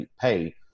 pay